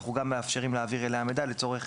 אנחנו גם מאפשרים להעביר אליה מידע לצורך